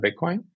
Bitcoin